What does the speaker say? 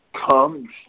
comes